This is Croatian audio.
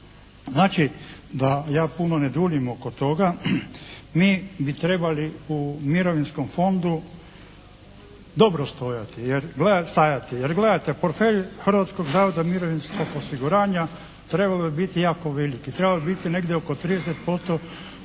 Znači da ja puno ne duljim oko toga, mi bi trebali u Mirovinskom fondu dobro stajati, jer gledajte portfelj Hrvatskog zavoda za mirovinskog osiguranja trebao je biti jako veliki, trebao je biti negdje oko 30% društvenog